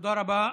תודה רבה.